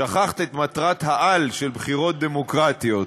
שכחת את מטרת-העל של בחירות דמוקרטיות,